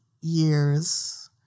years